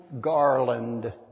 Garland